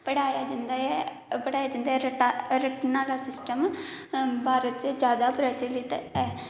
पढ़ाया जंदा ऐ पढ़ाया जंदा रट्टा रट्टने आह्ला सिस्टम भारत च जैदा प्रचलित ऐ